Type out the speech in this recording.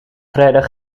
vrijdag